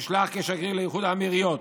נשלח כשגריר לאיחוד האמירויות,